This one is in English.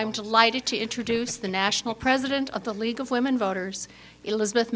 i'm delighted to introduce the national president of the league of women voters elizabeth